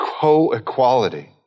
co-equality